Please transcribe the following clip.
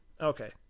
Okay